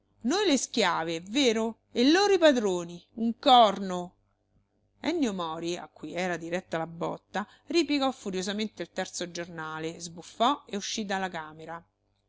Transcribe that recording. noi le schiave è vero e loro i padroni un corno ennio mori a cui era diretta la botta ripiegò furiosa mente il terzo giornale sbuffò e uscì dalla camera